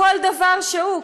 כל דבר שהוא,